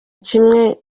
kimwe